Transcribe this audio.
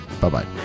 Bye-bye